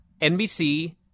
NBC